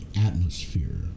atmosphere